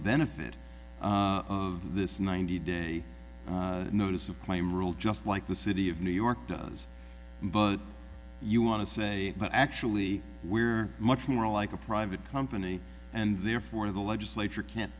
benefit of this ninety day notice of claim rule just like the city of new york does but you want to say it but actually we're much more like a private company and therefore the legislature can't